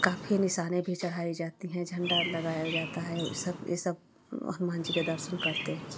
काफी निशाने भी चढ़ाई जाती हैं झंडा लगाया जाता है और सब यह सब हनुमान जी के दर्शन करते हैं